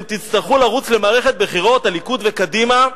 תצטרכו לרוץ למערכת בחירות, הליכוד וקדימה,